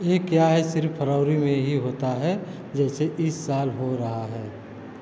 ये क्या है सिर्फ़ फरवरी में ही होता है जैसे इस साल हो रहा है